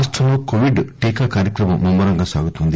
రాష్టంలో కోవిడ్ టీకా కార్యక్రమం ముమ్మ రంగా సాగుతోంది